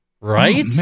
Right